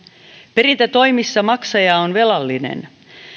perintätoimissa maksaja on velallinen